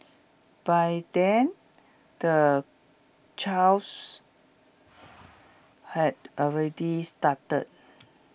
by then the chaos had already started